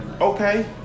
Okay